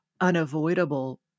unavoidable